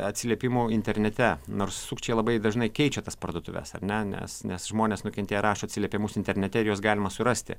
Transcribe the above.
atsiliepimų internete nors sukčiai labai dažnai keičia tas parduotuves ar ne nes nes žmonės nukentėję rašo atsiliepimus internete ir juos galima surasti